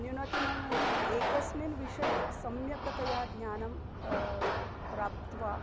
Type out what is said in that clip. न्यूनातिन्यूनम् एकस्मिन् विषये सम्यकतया ज्ञानं प्राप्त्वा